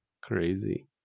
crazy